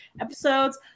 episodes